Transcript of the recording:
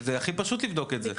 זה הכי פשוט לבדוק את זה.